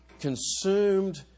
consumed